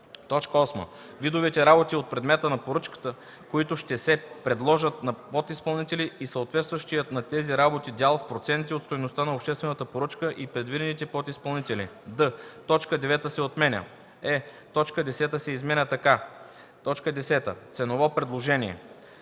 така: „8. видовете работи от предмета на поръчката, които ще се предложат на подизпълнители и съответстващият на тези работи дял в проценти от стойността на обществената поръчка, и предвидените подизпълнители;” д) точка 9 се отменя;